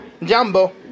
Jumbo